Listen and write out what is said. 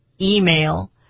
email